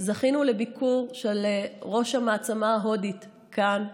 זכינו לביקור של ראש המעצמה ההודית כאן,